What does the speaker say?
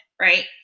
right